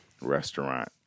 restaurant